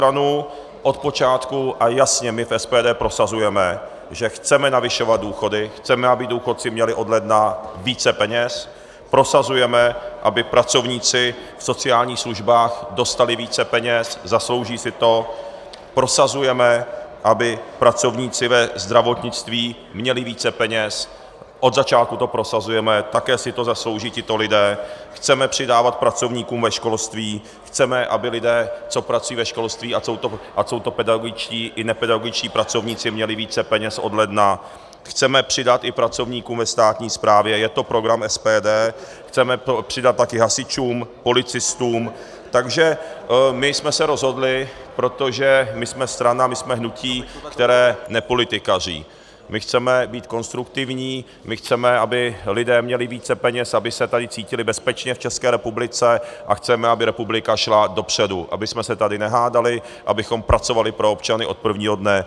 Na druhou stranu od počátku a jasně my v SPD prosazujeme, že chceme navyšovat důchody, chceme, aby důchodci měli od ledna více peněz, prosazujeme, aby pracovníci v sociálních službách dostali více peněz, zaslouží si to, prosazujeme, aby pracovníci ve zdravotnictví měli více peněz, od začátku to prosazujeme, také si to zaslouží tito lidé, chceme přidávat pracovníkům ve školství, chceme, aby lidé, co pracují ve školství, ať jsou to pedagogičtí, nebo nepedagogičtí pracovníci, měli více peněz od ledna, chceme přidat i pracovníkům ve státní správě, je to program SPD, chceme přidat také hasičům, policistům, takže my jsme se rozhodli, protože my jsme strana, my jsme hnutí, které nepolitikaří, my chceme být konstruktivní, my chceme, aby lidé měli více peněz, aby se tady cítili bezpečně v České republice, a chceme, aby republika šla dopředu, abychom se tady nehádali, abychom pracovali pro občany od prvního dne.